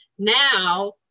Now